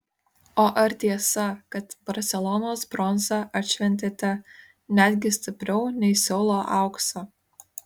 o ar tiesa kad barselonos bronzą atšventėte netgi stipriau nei seulo auksą